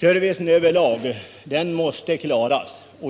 Servicen överlag måste klaras.